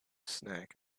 snack